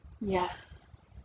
Yes